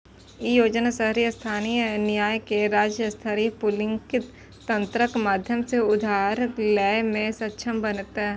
ई योजना शहरी स्थानीय निकाय कें राज्य स्तरीय पूलिंग तंत्रक माध्यम सं उधार लै मे सक्षम बनेतै